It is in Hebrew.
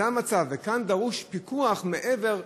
זה המצב, וכאן דרוש פיקוח מעבר,